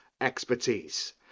expertise